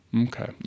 Okay